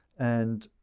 and,